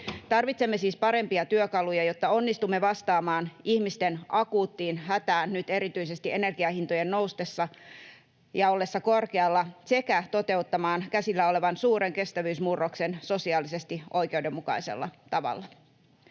Tarvitsemme siis parempia työkaluja, jotta onnistumme vastaamaan ihmisten akuuttiin hätään nyt erityisesti energian hintojen noustessa ja ollessa korkealla sekä toteuttamaan käsillä olevan suuren kestävyysmurroksen sosiaalisesti oikeudenmukaisella tavalla.